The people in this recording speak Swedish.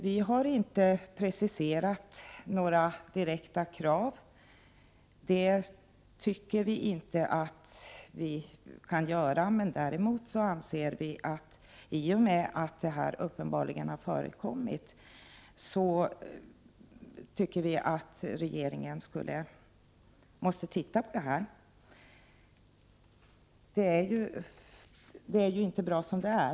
Vi har inte preciserat några direkta krav, eftersom vi inte tycker att vi kan göra det. Däremot anser vi att regeringen, i och med att avlyssning har förekommit, måste se över denna verksamhet. Den är ju inte bra som den är.